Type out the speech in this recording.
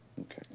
Okay